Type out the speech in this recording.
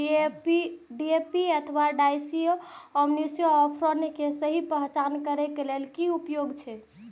DAP अथवा di ammonium phosphate के सहि पहचान करे के कि उपाय अछि?